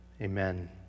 Amen